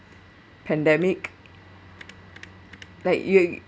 pandemic like you're you